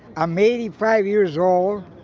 i'm eighty five years old.